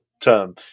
term